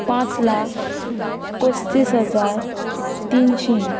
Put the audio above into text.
पस्तीस हजार तिनशीं